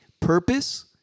purpose